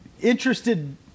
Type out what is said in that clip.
interested